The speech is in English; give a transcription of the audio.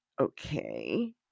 okay